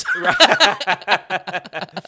Right